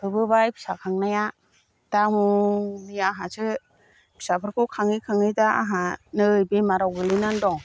थोबोबाय फिसा खांनाया दा हनै आंहासो फिसाफोरखौ खाङै खाङै दा आहा नै बेमाराव गोलैनानै दं